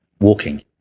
walking